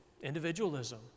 individualism